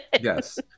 Yes